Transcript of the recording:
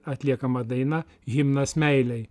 atliekama daina himnas meilei